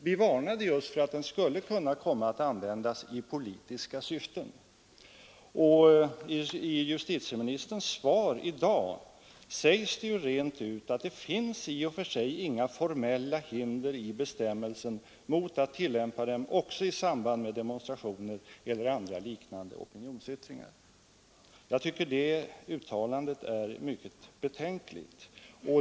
Vi varnade just för att lagen skulle kunna komma att användas i politiska syften, och i sitt svar i dag sade justitieministern rent ut att det i och för sig inte finns några formella hinder för att bestämmelsen tillämpas också i samband med demonstrationer eller andra, liknande opinionsyttringar. Jag tycker att det uttalandet är mycket betänkligt.